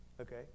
okay